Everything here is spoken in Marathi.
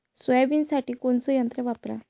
सोयाबीनसाठी कोनचं यंत्र वापरा?